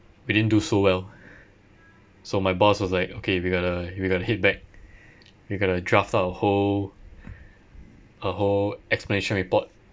we didn't do so well so my boss was like okay we gotta we gotta head back we gotta draft out a whole a whole explanation report